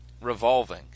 revolving